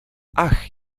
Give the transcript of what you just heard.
ach